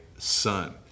son